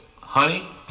honey